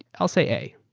i'll say a.